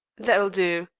that will do.